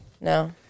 No